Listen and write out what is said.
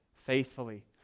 faithfully